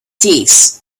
thieves